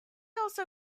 also